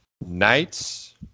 Knights